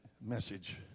message